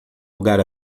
lugar